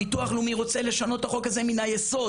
הביטוח לאומי רוצה לשנות את החוק הזה מן היסוד